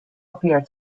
appeared